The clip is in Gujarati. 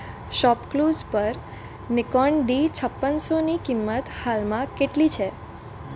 શોપક્લૂઝ પર નિકોન ડી છપ્પન સોની કિંમત હાલમાં કેટલી છે